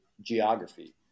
geography